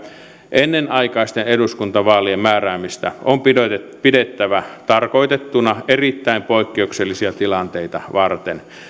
ennenaikaisten eduskuntavaalien määräämistä on pidettävä tarkoitettuna erittäin poikkeuksellisia tilanteita varten